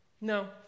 no